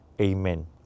Amen